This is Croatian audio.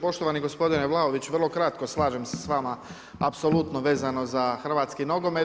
Poštovani gospodine Vlaović, vrlo kratko, slažem se s vama, apsolutno vezano za hrvatski nogomet.